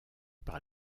par